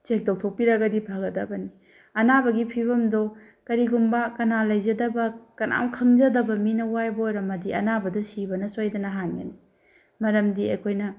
check ꯇꯧꯊꯣꯛꯄꯤꯔꯒꯗꯤ ꯐꯒꯗꯕꯅꯤ ꯑꯅꯥꯕꯒꯤ ꯐꯤꯕꯝꯗꯣ ꯀꯔꯤꯒꯨꯝꯕ ꯀꯅꯥ ꯂꯩꯖꯗꯕ ꯀꯅꯥꯝ ꯈꯪꯖꯗꯕ ꯃꯤꯅ ꯋꯥꯏꯕ ꯑꯣꯏꯔꯝꯃꯗꯤ ꯑꯅꯥꯕꯗꯨ ꯁꯤꯕꯅ ꯁꯣꯏꯗꯅ ꯍꯥꯟꯒꯅꯤ ꯃꯔꯝꯗꯤ ꯑꯩꯈꯣꯏꯅ